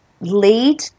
lead